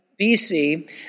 BC